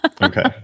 Okay